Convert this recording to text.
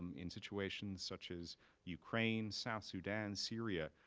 um in situations such as ukraine, south sudan syria,